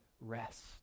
rest